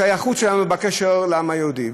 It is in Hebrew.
בשייכות שלנו, בקשר של עם היהודי.